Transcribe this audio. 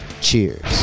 cheers